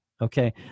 Okay